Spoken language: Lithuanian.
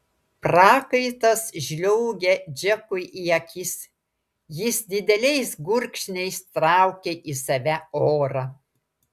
prakaitas žliaugė džekui į akis jis dideliais gurkšniais traukė į save orą